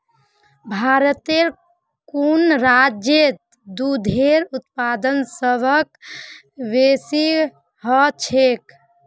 भारतेर कुन राज्यत दूधेर उत्पादन सबस बेसी ह छेक